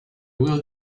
will